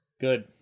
Good